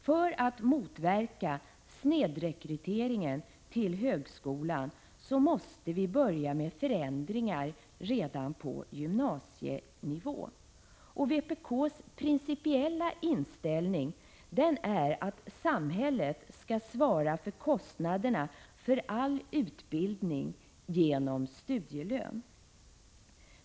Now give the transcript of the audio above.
För att motverka snedrekrytering till högskolan måste vi börja med förändringar redan på gymnasienivå. Vpk:s principiella inställning är att samhället skall svara för kostnaderna för all utbildning genom studielön.